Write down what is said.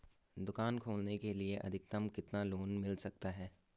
दुकान खोलने के लिए अधिकतम कितना लोन मिल सकता है?